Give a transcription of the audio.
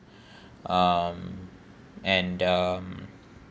um and um